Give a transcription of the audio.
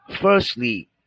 firstly